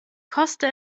koste